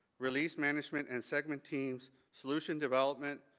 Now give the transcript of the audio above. release management and segment teams, solution development,